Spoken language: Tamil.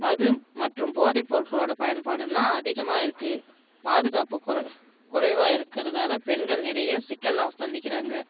மது மற்றும் போதைப் பொருட்களோட பயன்பாடுன்னா அதிகமாக இருக்கு பாதுகாப்பு குறை குறைவாக இருக்கறதால் பெண்கள் நிறைய சிக்கல்லாம் சந்திக்கிறாங்க